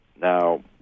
Now